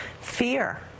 fear